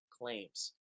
claims